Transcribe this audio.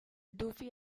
duffy